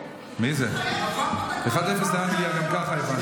אחד אפס לאנגליה גם כך, הבנתי.